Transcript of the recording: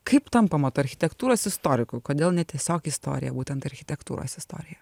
kaip tampama tuo architektūros istoriku kodėl ne tiesiog istorija būtent architektūros istorija